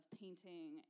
painting